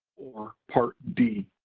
or part d.